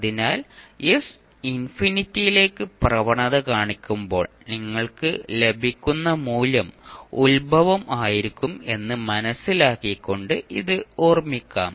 അതിനാൽ s ഇൻഫിനിറ്റിലേക്ക് പ്രവണത കാണിക്കുമ്പോൾ നിങ്ങൾക്ക് ലഭിക്കുന്ന മൂല്യം ഉത്ഭവം ആയിരിക്കും എന്ന് മനസിലാക്കിക്കൊണ്ട് ഇത് ഓർമിക്കാം